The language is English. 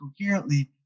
coherently